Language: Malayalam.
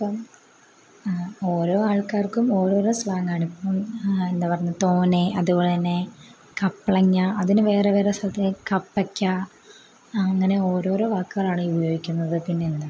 അപ്പം ഓരോ ആൾക്കാർക്കും ഓരോരോ സ്ലാംഗ് ആണ് ഇപ്പം എന്താണ് പറയുന്നത് തോനെ അതുപോലെ തന്നെ കപ്പളങ്ങ അതിന് വേറെ വേറെ സ്ഥലത്ത് കപ്പയ്ക്ക ആ അങ്ങനെ ഓരോരോ വാക്കുകളാണ് ഉപയോഗിക്കുന്നത് പിന്നെ എന്താണ്